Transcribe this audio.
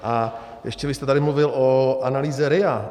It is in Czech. A ještě jste tady mluvil o analýze RIA.